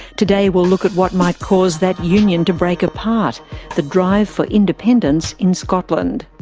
today we'll look at what might cause that union to break apart the drive for independence in scotland.